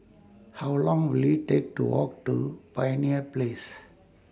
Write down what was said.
How Long Will IT Take to Walk to Pioneer Place